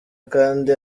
kandi